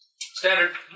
Standard